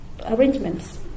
arrangements